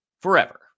forever